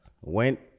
Went